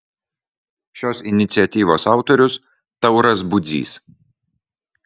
šios iniciatyvos autorius tauras budzys